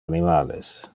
animales